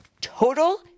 total